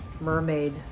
mermaid